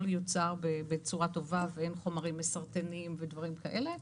מיוצר בצורה טובה ואין חומרים מסרטנים ודברים כאלה,